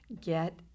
get